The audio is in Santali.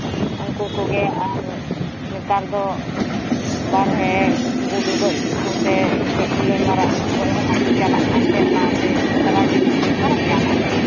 ᱩᱱᱠᱩ ᱠᱚᱜᱮ ᱟᱨ ᱱᱮᱛᱟᱨ ᱫᱚ ᱵᱟᱨᱦᱮ ᱜᱩᱰᱩ ᱜᱚᱡ ᱠᱚᱥᱮ ᱠᱩᱞᱟᱹᱭ ᱢᱟᱨᱟᱜ ᱜᱚᱡ ᱦᱚᱸ ᱵᱟᱠᱚ ᱪᱟᱞᱟᱜ ᱠᱟᱱᱛᱮ ᱚᱱᱟᱛᱮ ᱥᱮᱸᱫᱽᱨᱟ ᱡᱤᱞ ᱠᱚᱫᱚ ᱚᱠᱟᱨᱮᱢ ᱧᱟᱢᱟ ᱮᱱᱛᱮᱫ